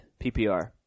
PPR